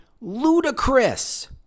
ludicrous